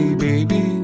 baby